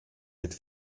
mit